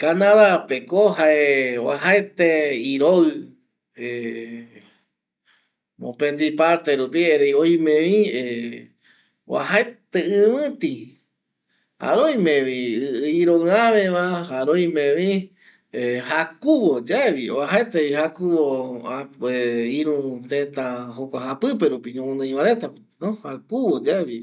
Canadapeko jae oajaete iroɨ mopeti parte rupi erei oimevi oajaete ɨvɨti jare oimevi i iroiaveva jare oimevi jakuvoyaevi oajaetevi jakuvo irü tëta japipe rupi ñoguinoiva reta rupino jakuvoyaevi